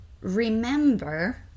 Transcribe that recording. remember